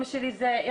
אמא שלי זה,